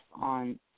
on